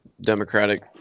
Democratic